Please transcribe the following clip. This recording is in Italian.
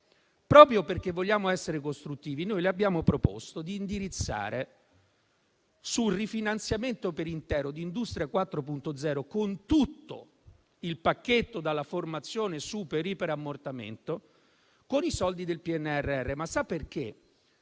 proprio perché vogliamo essere costruttivi, le abbiamo proposto di indirizzare sul rifinanziamento per intero di industria 4.0 tutto il pacchetto dalla formazione super e iperammortamento, con i soldi del PNRR. Ma sa perché?